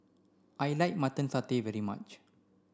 I like mutton satay very much